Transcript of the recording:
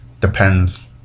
Depends